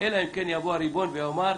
אלא אם כן יבוא הריבון ויאמר,